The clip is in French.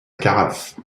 carafe